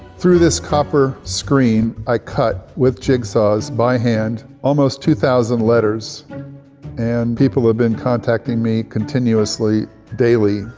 through this copper screen, i cut with jigsaws, by hand, almost two thousand letters and people have been contacting me continuously, daily,